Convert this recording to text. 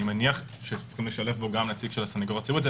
אני מניח שצריך לשלב בו גם נציג של הסנגוריה הציבורית.